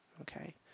okay